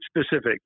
specific